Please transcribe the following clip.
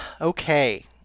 Okay